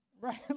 Right